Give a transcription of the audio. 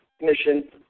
mission